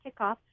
kickoff